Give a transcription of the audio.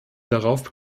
darauf